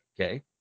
Okay